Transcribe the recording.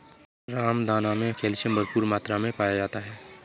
रामदाना मे कैल्शियम भरपूर मात्रा मे पाया जाता है